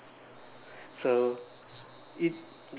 so it